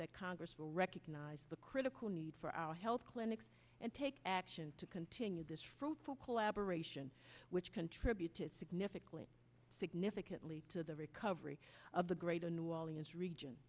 that congress will recognize the critical need for our health clinics and take action to continue this fruitful collaboration which contributed significantly significantly to the recovery of the greater new orleans region